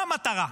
מה המטרה?